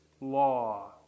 law